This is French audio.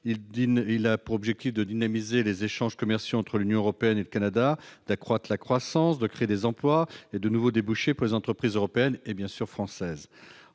Il a pour objectif de dynamiser les échanges commerciaux entre l'Union européenne et le Canada, d'accroître la croissance, de créer des emplois et de nouveaux débouchés pour les entreprises européennes et françaises.